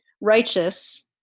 righteous